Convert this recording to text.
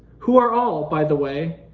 who are all by the way,